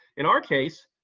in our case,